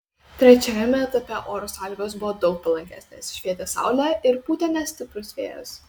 trečiajame etape oro sąlygos buvo daug palankesnės švietė saulė ir pūtė nestiprus vėjas